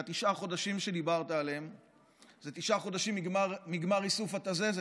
תשעת החודשים שדיברת עליהם זה תשעה חודשים מגמר איסוף התזזת.